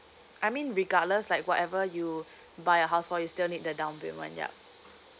I mean regardless like whatever you buy a house for you still need the down payment yup